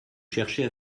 cherchez